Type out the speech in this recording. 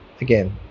again